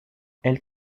elle